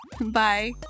Bye